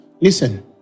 Listen